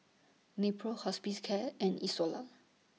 Nepro Hospicare and Isocal